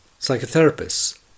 Psychotherapists